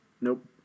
Nope